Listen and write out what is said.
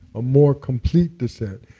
a more complete descent,